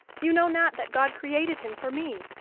you know not that god created him for me,